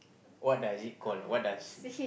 what does it call what does